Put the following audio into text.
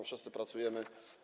Wszyscy pracujemy.